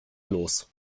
los